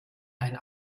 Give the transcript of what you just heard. ein